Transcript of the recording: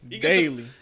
Daily